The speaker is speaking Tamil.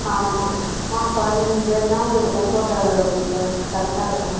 ஆஹா ஆ பதினஞ்சு பேருன்னா உங்களுக்கு டெம்போ ட்ராவலர் ஓகே சார் கரெக்டாக இருக்கும்